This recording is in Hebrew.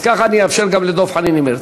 ככה אאפשר גם לדב חנין, אם ירצה.